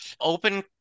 Open